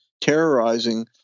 terrorizing